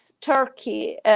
Turkey